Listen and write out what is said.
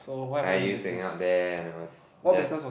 I used to hang out there and I was just